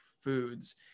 foods